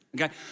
Okay